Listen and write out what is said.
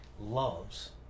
loves